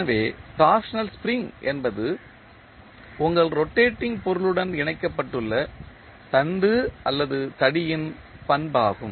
எனவே torsional spring என்பது உங்கள் ரொட்டேடிங் பொருளுடன் இணைக்கப்பட்டுள்ள தண்டு அல்லது தடியின் பண்பாகும்